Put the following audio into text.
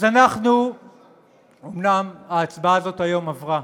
אז אומנם ההצעה הזאת היום עברה,